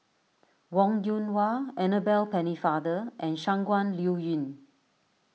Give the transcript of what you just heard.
Wong Yoon Wah Annabel Pennefather and Shangguan Liuyun